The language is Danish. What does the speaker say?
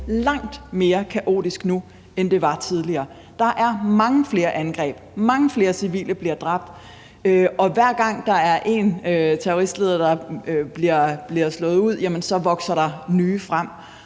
langt mere kaotisk nu, end det var tidligere. Der er mange flere angreb, mange flere civile bliver dræbt. Og hver gang, der er en terroristleder, der bliver slået ud, så vokser der nye frem.